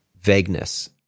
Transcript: vagueness